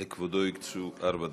לכבודו הקצו ארבע דקות.